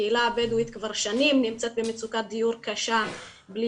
הקהילה הבדואית כבר שנים נמצאת במצוקת דיור קשה בלי